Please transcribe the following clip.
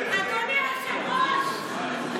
אדוני היושב-ראש.